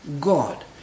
God